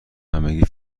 همگی